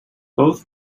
both